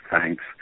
thanks